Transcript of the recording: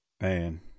Man